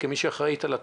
כמי שאחראית על התחום,